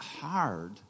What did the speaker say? hard